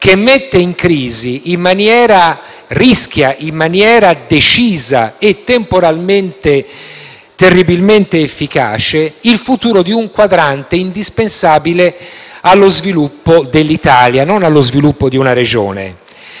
che rischia di mettere in crisi in maniera decisa e temporalmente terribilmente efficace il futuro di un quadrante indispensabile allo sviluppo dell’Italia, non solo allo sviluppo di una Regione.